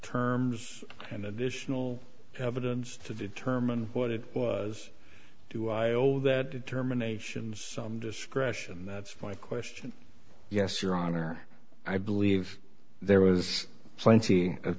terms and additional evidence to determine what it was do i owe that terminations some discretion that's my question yes your honor i believe there was plenty of